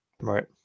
right